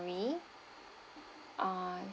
itinerary